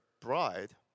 bride